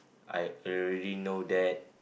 I already know that